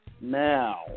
now